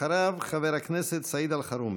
אחריו, חבר הכנסת סעיד אלחרומי.